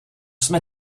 jsme